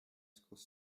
school